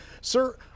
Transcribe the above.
Sir